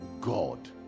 God